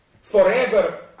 forever